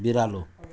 बिरालो